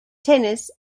tennis